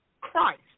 Christ